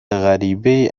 غریبهای